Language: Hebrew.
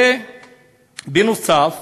ובנוסף